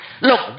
Look